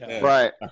Right